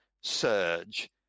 surge